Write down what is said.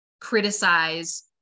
criticize